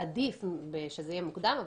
שזה יהיה מוקדם,